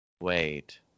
wait